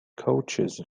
coaches